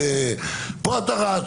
פה אתה רץ,